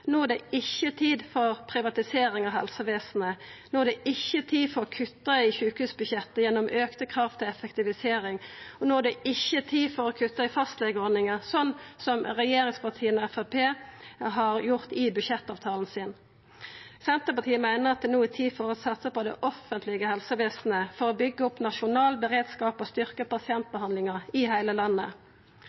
No er det ikkje tid for privatisering av helsevesenet. No er det ikkje tid for å kutta i sjukehusbudsjettet gjennom auka krav til effektivisering, og no er det ikkje tid for å kutta i fastlegeordninga, slik som regjeringspartia og Framstegspartiet har gjort i budsjettavtalen sin. Senterpartiet meiner at det no er tid for å satsa på det offentlege helsevesenet, for å byggja opp nasjonal beredskap og styrkja pasientbehandlinga i heile landet.